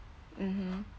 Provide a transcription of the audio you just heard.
mmhmm